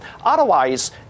Otherwise